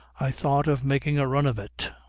i thought of making a run of it.